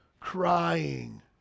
crying